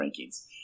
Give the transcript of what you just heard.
rankings